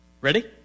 Ready